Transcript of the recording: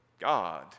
God